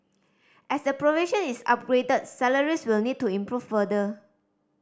as the profession is upgraded salaries will need to improve further